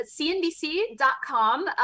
cnbc.com